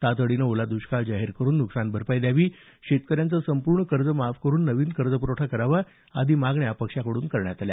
तातडीनं ओला दष्काळ जाहीर करून नुकसान भरपाई द्यावी शेतकऱ्यांचं संपूर्ण कर्ज माफ करून नवीन कर्जप्रवठा करावा आदी मागण्या पक्षाकड्रन करण्यात आल्या